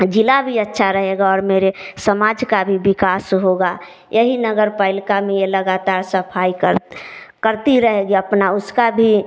जिला भी अच्छा रहेगा और मेरे समाज का भी विकास होगा यही नगर पालिका में लगातार सफाई कर करती रहेगी अपना उसका भी